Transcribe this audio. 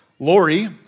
Lori